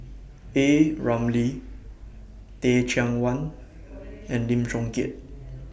A Ramli Teh Cheang Wan and Lim Chong Keat